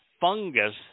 fungus